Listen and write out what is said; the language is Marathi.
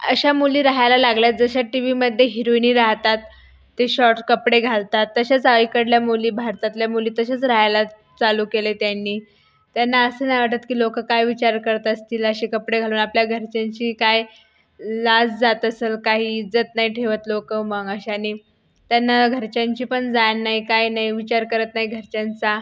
अशा मुली राहायला लागल्या आहेत जशा टी वीमध्ये हीरोइनी राहतात ते शॉर्ट्स कपडे घालतात तसेच आ इकडल्या मुली भारतातल्या मुली तसेच राहायला चालू केलं आहे त्यांनी त्यांना असं नाही वाटत की लोकं काय विचार करत असतील असे कपडे घालून आपल्या घरच्यांची काय लाज जात असेल काही इज्जत नाही ठेवत लोकं मग अशाने त्यांना घरच्यांची पण जाण नाही काय नाही विचार करत नाही घरच्यांचा